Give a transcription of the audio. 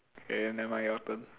K never mind your turn